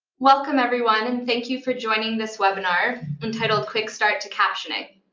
welcome, everyone, and thank you for joining this webinar entitled quick start to captioning.